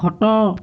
ଖଟ